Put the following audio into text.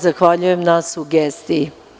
Zahvaljujem na sugestiji.